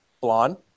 blonde